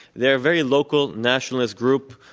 they're a very local nationalist group,